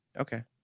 Okay